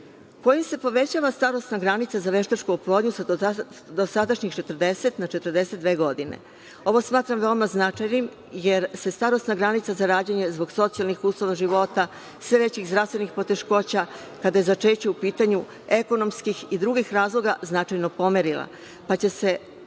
kojim se povećava starosna granica za veštačku oplodnju sa dosadašnjih 40 na 42 godine. Ovo smatram veoma značajnim jer se starosna granica za rađanje zbog socijalnih uslova života, sve većih zdravstvenih poteškoća kada je začeće u pitanju, ekonomskih i drugih razloga značajno pomerila, pa će se